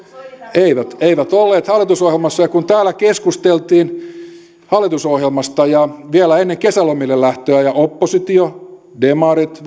eivät eivät olleet hallitusohjelmassa täällä keskusteltiin hallitusohjelmasta vielä ennen kesälomille lähtöä ja oppositio demarit